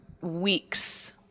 weeks